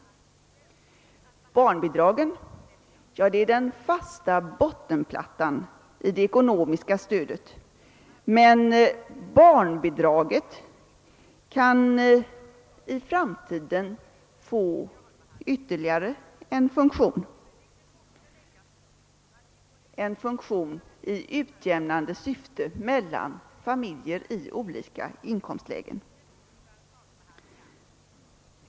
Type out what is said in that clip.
Barnbidragen är den fasta bottenplattan i det ekonomiska stödet, men barnbidraget kan i framtiden få ytterligare en funktion, en funktion i utjämnande syfte mellan familjer i olika inkomstlägen.